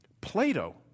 Plato